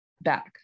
back